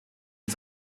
und